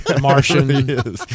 Martian